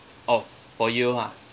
oh for you ha